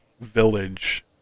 village